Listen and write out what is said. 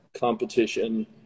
competition